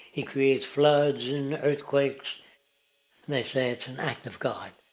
he creates floods, and earthquakes, and they say it's and act of god.